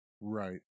Right